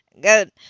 Good